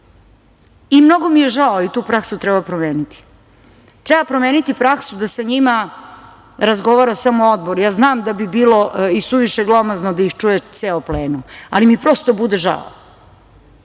pričamo. Mnogo mi je žao i tu praksu treba promeniti, treba promeniti praksu da sa njima razgovara samo Odbor. Ja znam da bi bilo i suviše glomazno da ih čuje ceo plenum, ali mi prosto bude žao